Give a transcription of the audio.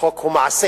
וחוק הוא מעשה.